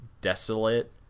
desolate